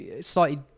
slightly